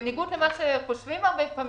בניגוד למה שחושבים הרבה פעמים,